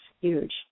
huge